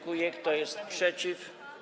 Kto jest przeciw?